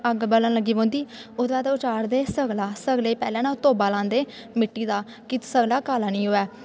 अग्ग बलन लगी पौंदी ओह्दे बाद ओह् चाढ़दे सगला सगले गी पैह्लें ना तोब्बा लांदे मिट्टी दा कि सगला काला निं होऐ